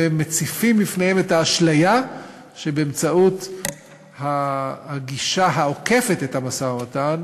ומציפים בפניהם את האשליה שבאמצעות הגישה העוקפת את המשא-ומתן,